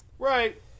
Right